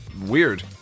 Weird